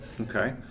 Okay